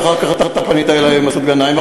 ואחר כך אתה פנית אלי עם מסעוד גנאים,